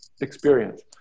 experience